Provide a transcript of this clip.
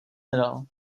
nedal